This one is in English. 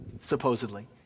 supposedly